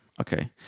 okay